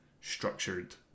structured